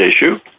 issue